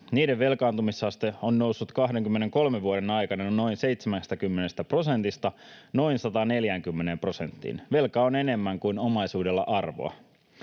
Niiden velkaantumisaste on noussut 23 vuoden aikana noin 70 prosentista noin 140 prosenttiin. Velkaa on enemmän kuin omaisuudella arvoa.